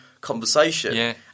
conversation